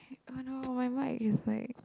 oh no my mic is like